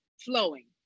flowing